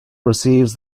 receives